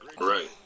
Right